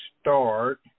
start